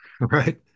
Right